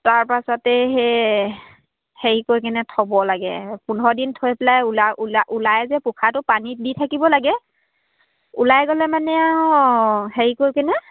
তাৰপাছতেই সেই হেৰি কৰি কিনে থ'ব লাগে পোন্ধৰ দিন থৈ পেলাই ওলা ওলা ওলাই যে পোখাটো পানীত দি থাকিব লাগে ওলাই গ'লে মানে আৰু হেৰি কৰি কিনে